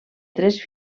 tres